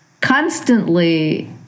constantly